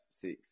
six